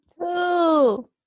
Two